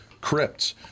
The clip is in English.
crypts